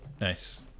Nice